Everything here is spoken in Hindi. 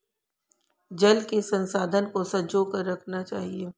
जल के संसाधन को संजो कर रखना चाहिए